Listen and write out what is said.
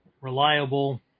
reliable